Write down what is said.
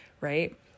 right